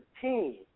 team